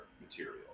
material